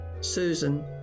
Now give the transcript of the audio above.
Susan